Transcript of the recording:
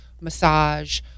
massage